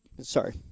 sorry